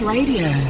Radio